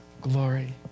glory